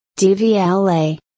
DVLA